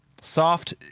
Soft